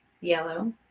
Yellow